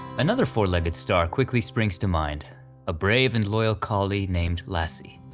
another four-legged star quickly springs to mind a brave and loyal collie named lassie.